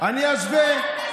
אני אשווה.